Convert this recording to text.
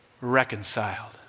Reconciled